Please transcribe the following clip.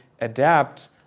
adapt